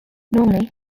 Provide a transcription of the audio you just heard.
normally